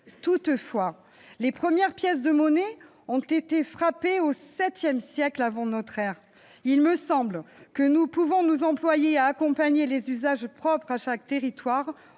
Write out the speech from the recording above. Toutefois, les premières pièces de monnaie ont été frappées au VII siècle avant notre ère ... Il me semble que nous pouvons nous employer à accompagner les usages propres à chaque territoire